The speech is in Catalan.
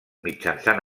mitjançant